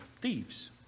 thieves